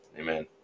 Amen